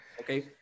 Okay